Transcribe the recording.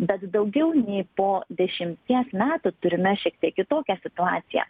bet daugiau nei po dešimties metų turime šiek tiek kitokią situaciją